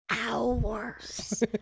hours